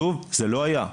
שוב, זה לא היה.